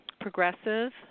progressive